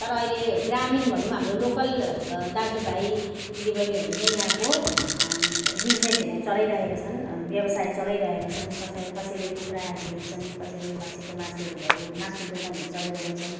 तर अहिले ग्रामीण भनौँ हाम्रो लोकल दाजुभाइ दिदीबहिनीहरूले नै यहाँको बिजनेसहरू चलाइरहेका छन् व्यवसाय चलाइरहेका छन् कसैकसैले कुखुराहरू बेच्छन् कसैले खसीको मासुहरू भयो मासु दोकानहरू चलाइरहेका छन्